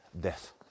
death